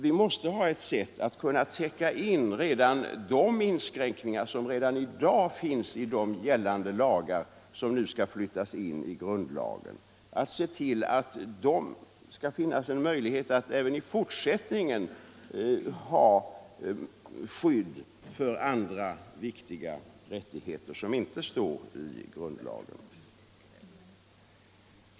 Vi måste ha ett sätt att täcka in de inskränkningar som redan i dag finns i de gällande lagar som nu skall flyttas in i grundlagen, att se till att det finns en möjlighet att även i framtiden ha skydd för andra viktiga rättigheter som inte står i grundlagen.